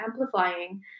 amplifying